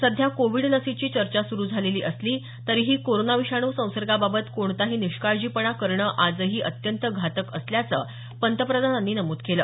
सध्या कोविड लसीची चर्चा सुरु झालेली असली तरीही कोरोना विषाणू संसर्गाबाबत कोणताही निष्काळजीपणा करणं आजही अत्यंत घातक असल्याचं पंतप्रधानांनी नमूद केलं